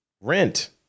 Rent